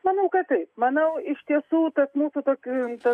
manau kad taip manau iš tiesų tas mūsų toks rimtas